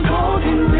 Golden